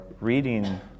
reading